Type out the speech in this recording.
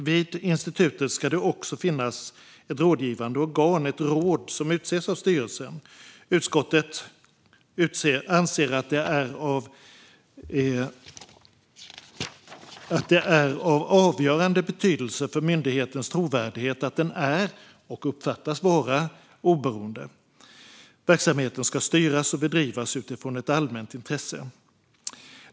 Vid institutet ska det också finnas ett rådgivande organ - ett råd - som utses av styrelsen. Utskottet anser att det är av avgörande betydelse för myndighetens trovärdighet att den är, och uppfattas vara, oberoende. Verksamheten ska styras och bedrivas utifrån ett allmänt intresse.